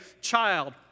child